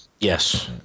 yes